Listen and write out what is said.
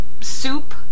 soup